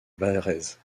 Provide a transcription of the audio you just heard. varèse